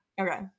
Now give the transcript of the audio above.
Okay